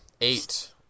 Eight